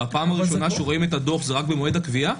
והפעם הראשונה שרואים את הדוח זה רק במועד הקביעה?